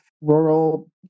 rural